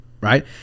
Right